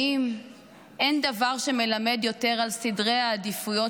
האם אין דבר שמלמד יותר על סדרי העדיפויות